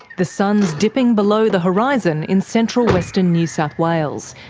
the sun's dipping below the horizon in central western new south wales,